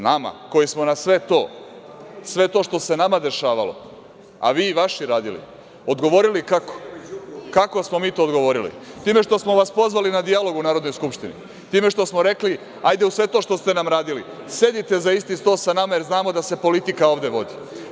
Nama, koji smo na sve to što se nama dešavalo, a vi i vaši radili, odgovorili, kako smo mi to odgovorili, tako što smo vas pozvali na dijalog u Narodnoj skupštini, time što smo rekli – hajde, uz sve to što ste nam radili, sedite za isti sto sa nama, jer znamo da se politika ovde vodi.